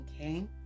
okay